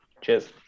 cheers